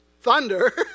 thunder